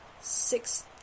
Six